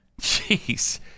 Jeez